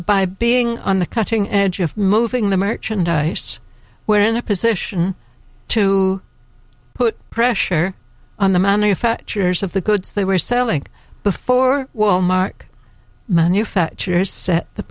by being on the cutting edge of moving the merchandise when a position to put pressure on the manufacturers of the goods they were selling before well mark manufacturers set the